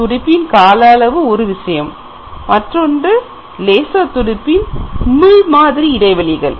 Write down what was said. துடிப்பின் கால அளவு ஒரு விஷயம் மற்றொன்று லேசர் துடிப்பு உமிழ்மாதிரி இடைவெளிகள்